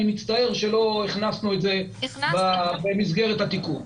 אני מצטער שלא הכנסנו את זה במסגרת התיקון.